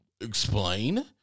Explain